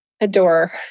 adore